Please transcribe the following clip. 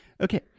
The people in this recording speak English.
Okay